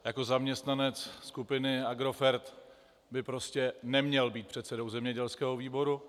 Jako zaměstnanec skupiny Agrofert by prostě neměl být předsedou zemědělského výboru.